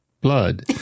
blood